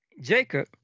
Jacob